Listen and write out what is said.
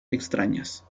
extrañas